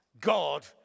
God